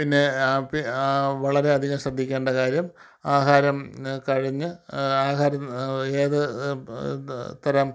പിന്നേ വളരെയധികം ശ്രദ്ധിക്കേണ്ട കാര്യം ആഹാരം കഴിഞ്ഞ് ആഹാരം ഏത് തരം